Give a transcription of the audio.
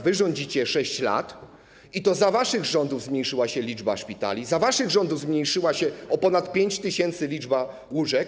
Wy rządzicie 6 lat i to za waszych rządów zmniejszyła się liczba szpitali, za waszych rządów zmniejszyła się o ponad 5 tys. liczba łóżek.